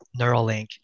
Neuralink